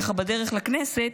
ככה בדרך לכנסת,